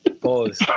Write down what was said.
Pause